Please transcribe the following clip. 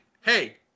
hey